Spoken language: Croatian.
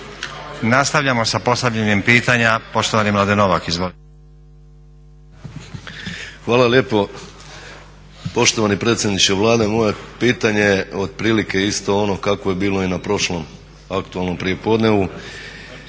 Nastavljamo sa postavljanjem pitanja poštovani Mladen Novak. Izvolite. **Novak, Mladen (Nezavisni)** Hvala lijepo. Poštovani predsjedniče Vlade moje pitanje je otprilike isto ono kakvo je bilo i na prošlom aktualnom prijepodneva